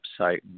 website